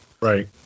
Right